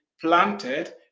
planted